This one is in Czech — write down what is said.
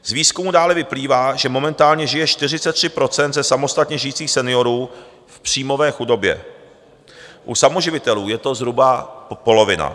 Z výzkumu dále vyplývá, že momentálně žije 43 % ze samostatně žijících seniorů v příjmové chudobě, u samoživitelů je to zhruba polovina.